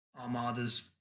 armadas